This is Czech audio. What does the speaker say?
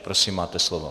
Prosím, máte slovo.